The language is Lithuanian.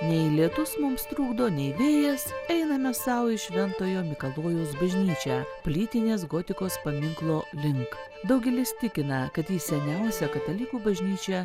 nei lietus mums trukdo nei vėjas einame sau į šventojo mikalojaus bažnyčią plytinės gotikos paminklo link daugelis tikina kad tai seniausia katalikų bažnyčia